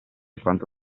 quanto